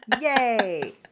yay